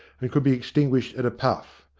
and could be extinguished at a puff.